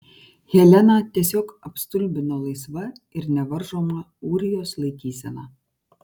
heleną tiesiog apstulbino laisva ir nevaržoma ūrijos laikysena